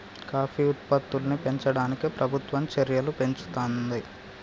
coffee ఉత్పత్తుల్ని పెంచడానికి ప్రభుత్వం చెర్యలు పెంచుతానంది